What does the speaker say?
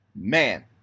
man